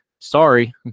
Sorry